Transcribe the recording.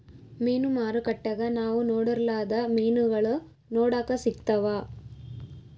ಮೀನು ಮಾರುಕಟ್ಟೆಗ ನಾವು ನೊಡರ್ಲಾದ ಮೀನುಗಳು ನೋಡಕ ಸಿಕ್ತವಾ